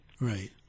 Right